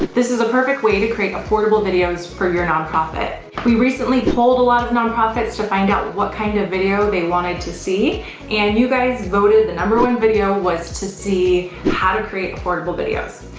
this is a perfect way to create affordable videos for your nonprofit. we recently polled a lot of nonprofits to find out what kind of video they wanted to see and you guys voted the number one video was to see how to create affordable videos,